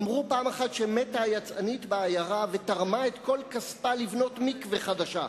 אמרו פעם אחת שמתה היצאנית בעיירה ותרמה את כל כספה לבנות מקווה חדש.